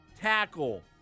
tackle